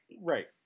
Right